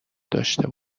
داشته